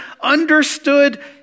understood